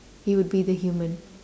you would be the human